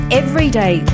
everyday